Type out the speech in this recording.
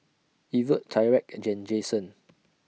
Evert Tyrek and Jasen